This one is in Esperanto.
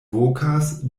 vokas